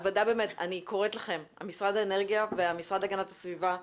אני קוראת לכם, משרד האנרגיה והמשרד להגנת הסביבה,